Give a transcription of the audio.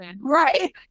right